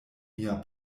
mia